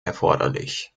erforderlich